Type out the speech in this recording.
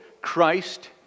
Christ